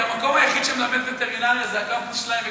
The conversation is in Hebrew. כי המקום היחיד שמלמד וטרינריה זה הקמפוס שלהם,